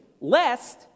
lest